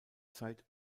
zeit